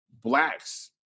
blacks